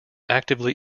actively